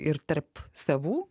ir tarp savų